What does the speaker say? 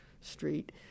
street